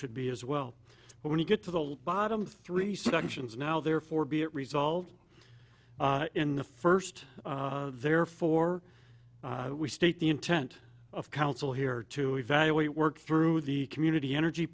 should be as well when you get to the bottom three sections now therefore be it resolved in the first therefore we state the intent of council here to evaluate work through the community energy